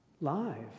live